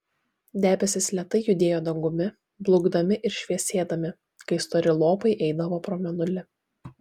debesys lėtai judėjo dangumi blukdami ir šviesėdami kai stori lopai eidavo pro mėnulį